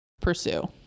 pursue